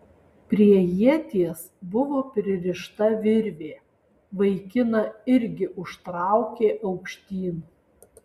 prie ieties buvo pririšta virvė vaikiną irgi užtraukė aukštyn